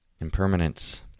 impermanence